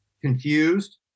confused